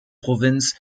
provinz